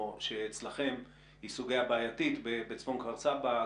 שאצלכם היא סוגיה בעייתית בצפון כפר סבא,